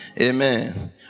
Amen